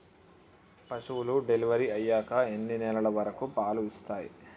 పశువులు డెలివరీ అయ్యాక ఎన్ని నెలల వరకు పాలు ఇస్తాయి?